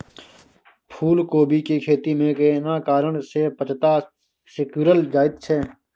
फूलकोबी के खेती में केना कारण से पत्ता सिकुरल जाईत छै?